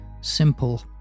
Simple